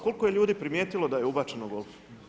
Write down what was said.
Koliko je ljudi primijetilo da je ubačeno golf?